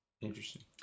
Interesting